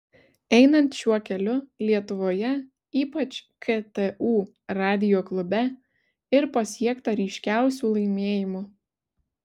einant šiuo keliu lietuvoje ypač ktu radijo klube ir pasiekta ryškiausių laimėjimų